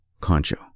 Concho